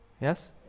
Yes